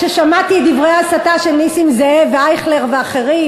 כששמעתי את דברי ההסתה של נסים זאב ואייכלר והאחרים